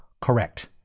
Correct